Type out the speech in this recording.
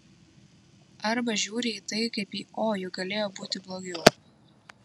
arba žiūri į tai kaip į o juk galėjo būti blogiau